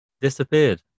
disappeared